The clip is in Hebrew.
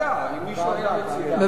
בבקשה.